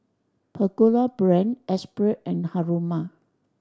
Pagoda Brand Esprit and Haruma